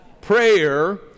Prayer